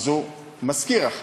אז הוא משכיר אחת.